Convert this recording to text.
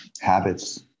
habits